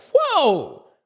whoa